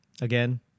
Again